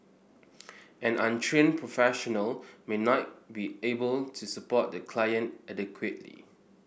an untrained professional might not be able to support the client adequately